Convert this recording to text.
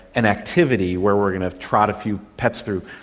an activity where we're going to trot a few pets through,